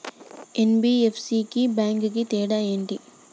NBFC కి bank కి తేడా ఏంటి?